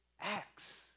acts